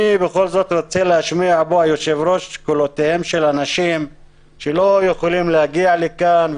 אני רוצה להשמיע פה את קולותיהם של אנשים שלא יכולים להגיע לכאן,